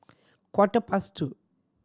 quarter past two